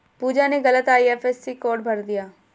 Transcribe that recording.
पूजा ने गलत IFSC code भर दिया